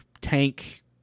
tank